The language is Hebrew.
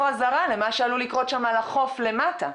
אזהרה למה שעלול לקרות שם על החוף למטה.